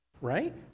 right